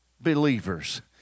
believers